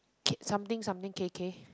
kick something something K K